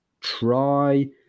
try